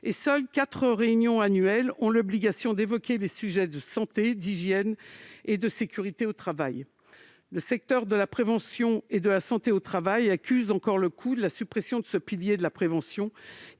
et seules quatre réunions annuelles ont l'obligation d'évoquer les sujets de santé, d'hygiène et de sécurité au travail. Le secteur de la prévention et de la santé au travail accuse encore le coup de la suppression de ce pilier de la prévention